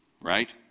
Right